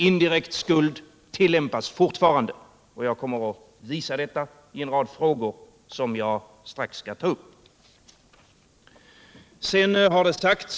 Indirekt skuld tillämpas fortfarande, och jag kommer att visa detta i en rad frågor som jag strax skall ta upp.